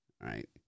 right